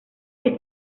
che